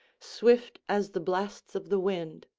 swift as the blasts of the wind.